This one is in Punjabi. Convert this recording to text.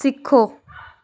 ਸਿੱਖੋ